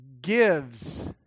gives